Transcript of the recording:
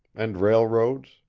and railroads,